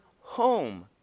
home